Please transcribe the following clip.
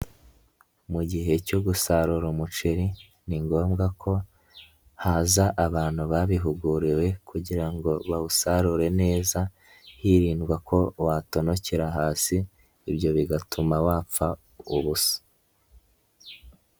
Mu gihe cyo gusarura umuceri, ni ngombwa ko haza abantu babihuguriwe kugira ngo bawusarure neza, hirindwa ko watonokera hasi, ibyo bigatuma wapfa ubusa.